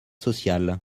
sociales